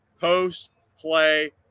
post-play